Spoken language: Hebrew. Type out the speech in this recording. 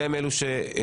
והם אלו שיסכמו.